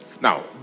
now